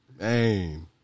Man